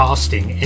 Casting